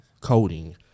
coding